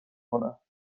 کنم